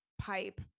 pipe